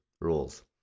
rules